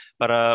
para